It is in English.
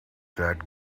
that